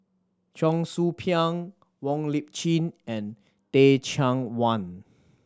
Cheong Soo Pieng Wong Lip Chin and Teh Cheang Wan